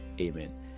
Amen